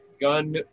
Gun